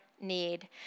need